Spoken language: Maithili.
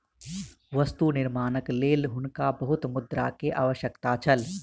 वस्तु निर्माणक लेल हुनका बहुत मुद्रा के आवश्यकता छल